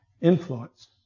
influence